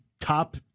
top